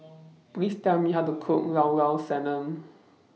Please Tell Me How to Cook Llao Llao Sanum